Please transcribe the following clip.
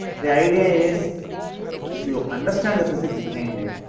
the idea is if you understand the physics behind it,